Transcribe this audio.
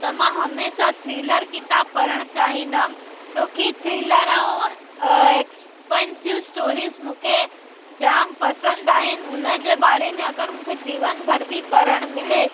त मां हमेशा थ्रिलर किताबु पढ़ण चाहींदमि छोकी थ्रिलर ऐं एक्स्पेंसिव स्टोरीज़ मूंखे जाम पसंदि आहिनि उन जे बारे में अगरि मूंखे जीवन भर बि पढ़णु मिले